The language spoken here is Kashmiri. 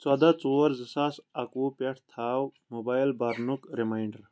ژۄدہ ژور زٕ ساس اَکوُہ پؠٹھ تھاو موبایِل برنُک ریمنانڈر